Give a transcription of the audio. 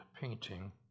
painting